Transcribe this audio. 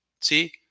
See